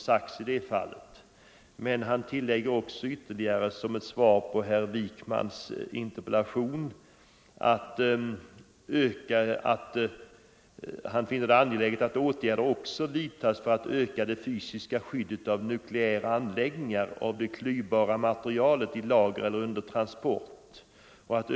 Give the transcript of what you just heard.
Utrikesministern tillade, som svar på herr Wijkmans interpellation, att han finner det angeläget ”att åtgärder också vidtas för att öka det fysiska skyddet av nukleära anläggningar och av det klyvbara materialet i lager eller under transport.